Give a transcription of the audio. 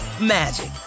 magic